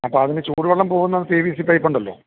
അപ്പം അതിന് ചൂടുവെള്ളം പോകുന്ന പി വി സി പൈപ്പുണ്ടല്ലോ